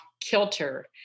kilter